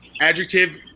adjective